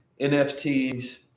NFTs